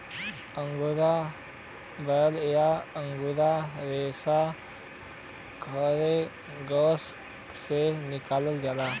angora बाल या angora रेसा खरगोस से निकालल जाला